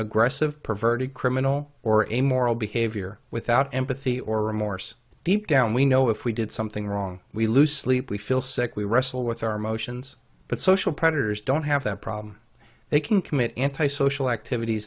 aggressive perverted criminal or a moral behavior without empathy or remorse deep down we know if we did something wrong we lose sleep we feel sick we wrestle with our emotions but social predators don't have that problem they can commit anti social activities